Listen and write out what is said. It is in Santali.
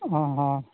ᱚᱼᱦᱚ